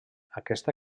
aquesta